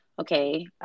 Okay